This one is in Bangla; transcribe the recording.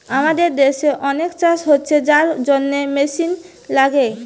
আমাদের দেশে অনেক চাষ হচ্ছে যার জন্যে মেশিন লাগে